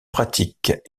pratique